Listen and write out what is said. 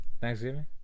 Thanksgiving